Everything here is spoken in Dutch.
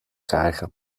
krijgen